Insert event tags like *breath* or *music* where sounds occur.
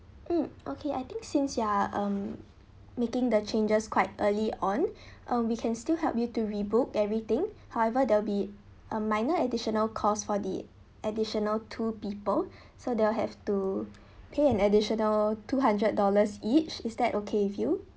mm okay I think since you're um making the changes quite early on *breath* um we can still help you to rebook everything however there will be a minor additional cost for the additional two people *breath* so they'll have to pay an additional two hundred dollars each is that okay with you